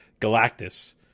Galactus